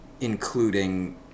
including